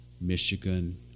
Michigan